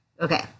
Okay